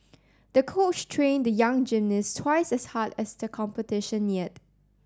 the coach trained the young gymnist twice as hard as the competition neared